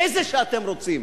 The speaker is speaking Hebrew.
איזה שאתם רוצים.